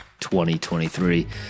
2023